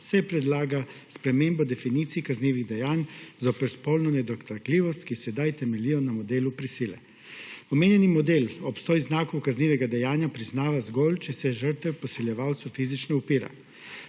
se predlaga sprememba definicij kaznivih dejanj zoper spolno nedotakljivost, ki sedaj temeljijo na modelu prisile. Omenjeni model, obstoj znakov kaznivega dejanja priznava zgolj, če se žrtev posiljevalcu fizično upira.